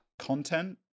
content